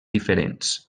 diferents